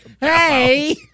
Hey